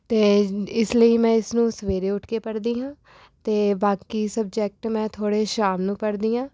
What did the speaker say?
ਅਤੇ ਇਸ ਲਈ ਮੈਂ ਇਸ ਨੂੰ ਸਵੇਰੇ ਉੱਠ ਕੇ ਪੜ੍ਹਦੀ ਹਾਂ ਅਤੇ ਬਾਕੀ ਸਬਜੈਕਟ ਮੈਂ ਥੋੜ੍ਹੇ ਸ਼ਾਮ ਨੂੰ ਪੜ੍ਹਦੀ ਹਾਂ